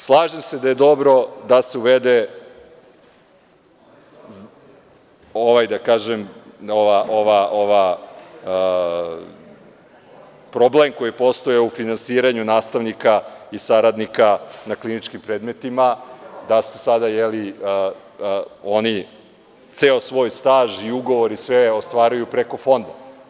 Slažem se da je dobro da se uvede, problem koji je postojao u finansiranju nastavnika i saradnika na kliničkim predmetima, da se sada oni, ceo svoj staž i ugovori i sve ostvaruju preko fonda.